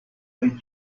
let